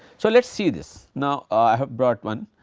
so, let us see this now i have brought one.